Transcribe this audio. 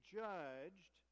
judged